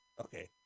Okay